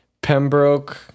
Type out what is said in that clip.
Pembroke